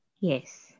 Yes